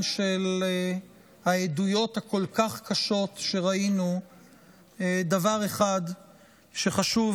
של העדויות הכל-כך קשות שראינו דבר אחד שחשוב,